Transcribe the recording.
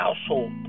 household